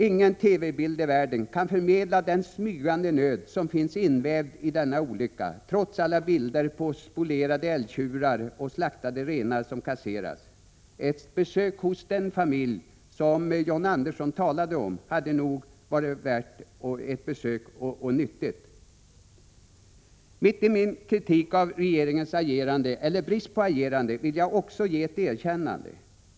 Ingen TV-bild i världen kan förmedla den smygande nöd som finns invävd i denna olycka, trots alla bilder på spolierade älgtjurar och slaktade renar som måste kasseras. Ett besök hos den familj som John Andersson talade om hade nog varit nyttigt. Mitt i min kritik av regeringens agerande, eller brist på agerande, vill jag också ge ett erkännande.